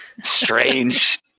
strange